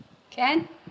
can